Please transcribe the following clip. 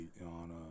on